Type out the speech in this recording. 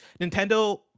Nintendo